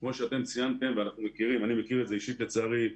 כמו שאתם ציינתם ואני מכיר את זה אישית לצערי.